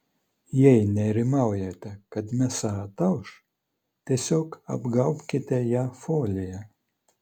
jei nerimaujate kad mėsa atauš tiesiog apgaubkite ją folija